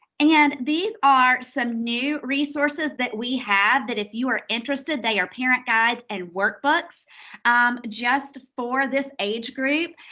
and these are some new resources that we have that if you are interested, they are parent guides and workbooks um just for this age group.